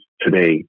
today